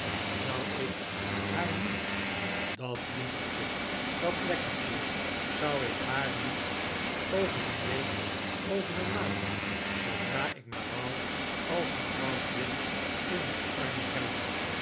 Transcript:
zou ik haar niet dat lievertje dat lekkertje zou ik haar niet over een week over een maand zoodra ik maar wou als mevrouw gride in mijn armen hebben